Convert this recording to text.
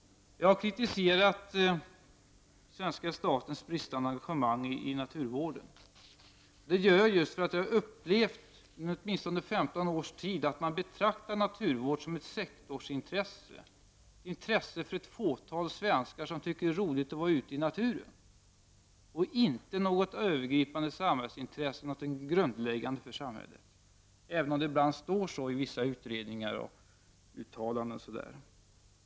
Jag har kritiserat svenska statens bristande engagemang i naturvården. Det har jag gjort just för att jag under åtminstone 15 års tid har upplevt att man betraktar naturvård som ett sektorsintresse, ett intresse för ett fåtal svenskar som tycker att det är roligt att vara ute i naturen, och inte något övergripande samhällsintresse, någonting som är grundläggande för samhället — även om det ibland står så i vissa utredningar och uttalanden.